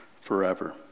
forever